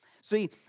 See